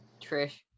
Trish